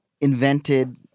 invented